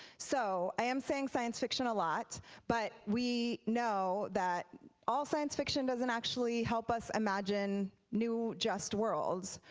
so i am saying science fiction a lot but we know that all science fiction doesn't actually help us imagine new just worlds,